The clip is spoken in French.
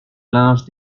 linge